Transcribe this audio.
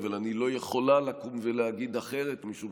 אבל אני לא יכולה לקום ולהגיד אחרת משום